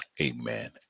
Amen